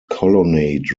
colonnade